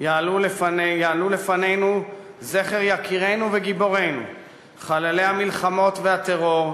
יעלה זכר יקירינו וגיבורינו חללי המלחמות והטרור,